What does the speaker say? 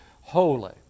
holy